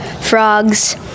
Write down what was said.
frogs